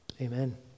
amen